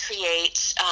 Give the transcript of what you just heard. create